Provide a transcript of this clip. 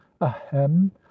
ahem